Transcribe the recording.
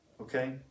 Okay